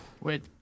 Wait